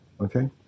Okay